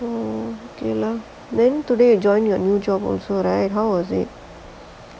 oh okay lah then today you join your new job also right how was it